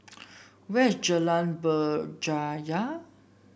where is Jalan Berjaya